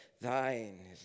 Thine